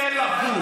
אל תהיה לחוץ.